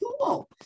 cool